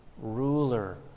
ruler